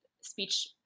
speech